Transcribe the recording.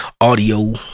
audio